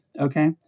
Okay